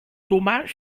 thomas